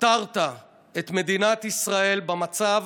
הותרת את מדינת ישראל במצב